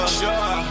sure